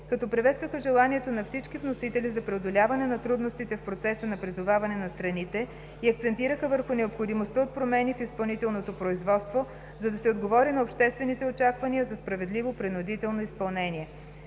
като приветстваха желанието на всички вносители за преодоляване на трудностите в процеса на призоваване на страните и акцентираха върху необходимостта от промени в изпълнителното производство, за да се отговори на обществените очаквания за справедливо принудително изпълнение.